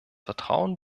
vertrauen